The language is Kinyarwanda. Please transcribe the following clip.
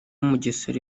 mugesera